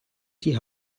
die